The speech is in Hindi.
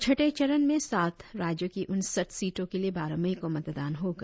छठे चरण में सात राज्यों की उनसठ सीटों के लिए बारह मई को मतदान होगा